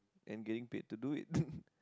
and getting paid to do it